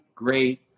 Great